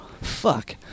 fuck